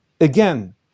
again